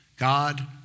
God